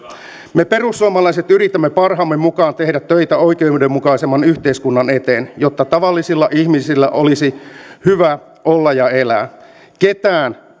me perussuomalaiset yritämme parhaamme mukaan tehdä töitä oikeudenmukaisemman yhteiskunnan eteen jotta tavallisilla ihmisillä olisi hyvä olla ja elää ketään